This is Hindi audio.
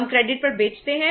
हम क्रेडिट पर बेचते हैं